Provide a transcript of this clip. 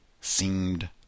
seemed